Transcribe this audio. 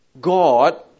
God